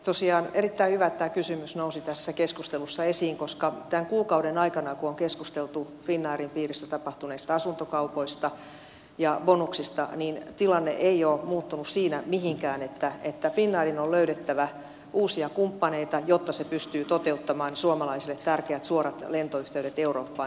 tosiaan erittäin hyvä että tämä kysymys nousi tässä keskustelussa esiin koska tämän kuukauden aikana kun on keskusteltu finnairin piirissä tapahtuneista asuntokaupoista ja bonuksista tilanne ei ole muuttunut siinä mihinkään että finnairin on löydettävä uusia kumppaneita jotta se pystyy toteuttamaan suomalaisille tärkeät suorat lentoyhteydet eurooppaan